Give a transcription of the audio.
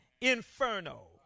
inferno